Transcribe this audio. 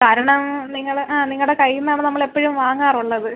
കാരണം നിങ്ങൾ ആ നിങ്ങളുടെ കയ്യിൽ നിന്നാണ് നമ്മൾ എപ്പോഴും വാങ്ങാറുള്ളത്